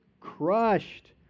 crushed